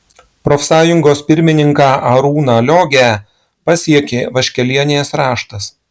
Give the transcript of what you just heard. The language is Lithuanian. profsąjungos pirmininką arūną liogę pasiekė vaškelienės raštas